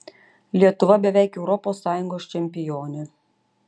lietuva beveik europos sąjungos čempionė